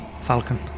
Falcon